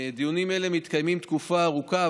דיונים אלו מתקיימים תקופה ארוכה,